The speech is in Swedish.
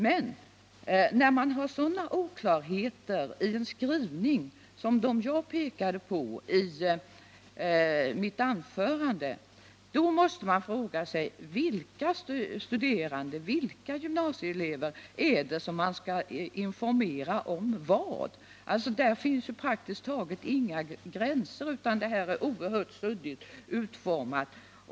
Men när det finns sådana oklarheter i en skrivning som de jag pekade på i mitt anförande måste man fråga sig vilka gymnasieelever det är man skall informera om vad. Det finns praktiskt taget inga gränser, utan systemet är oerhört suddigt utformat.